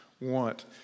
want